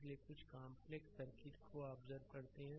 इसलिए कुछ complex circuit को ऑब्जर्व करते हैं